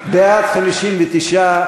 בעד, 59,